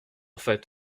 fait